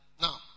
Now